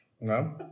No